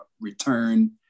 return